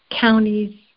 counties